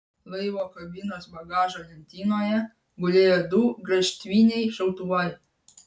laivo kabinos bagažo lentynoje gulėjo du graižtviniai šautuvai